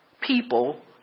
people